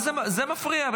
וזה מפריע,